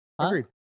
Agreed